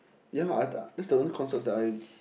ya I thought that's the only concerts that I